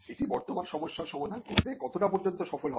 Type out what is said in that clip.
এটি বর্তমান সমস্যার সমাধান করতে কতটা পর্যন্ত সফল হবে